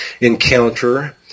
encounter